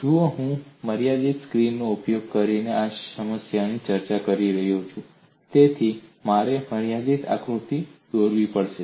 જુઓ હું મર્યાદિત સ્ક્રીનનો ઉપયોગ કરીને આ સમસ્યાની ચર્ચા કરી રહ્યો છું તેથી મારે મર્યાદિત આકૃતિ દોરવી પડશે